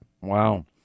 Wow